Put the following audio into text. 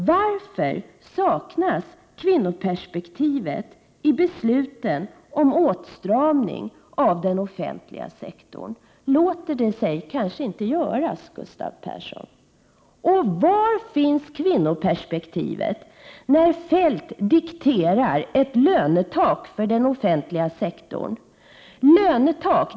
Varför saknas kvinnoperspektiv i besluten om åtstramning av den offentliga sektorn? Låter det sig kanske inte göras att se det ur kvinnoperspektiv, Gustav Persson? Och var finns kvinnoperspektivet när Feldt dikterar ett lönetak för den offentliga sektorn?